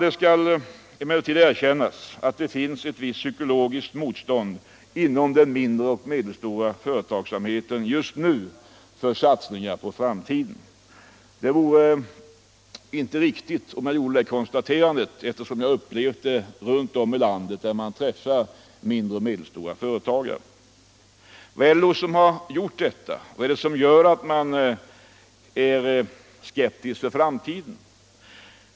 Det skall emellertid erkännas att det finns ett visst psykologiskt motstånd inom den mindre och medelstora företagsamheten just nu för satsningar på framtiden. Det vore inte riktigt om jag inte gjorde det konstaterandet eftersom jag har upplevt detta vid träffar med mindre och medelstora företagare runt om i landet. Vad är det då som gör att man är skeptisk inför framtiden?